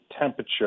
temperature